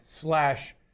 slash